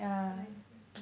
是也是